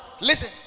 Listen